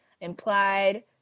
implied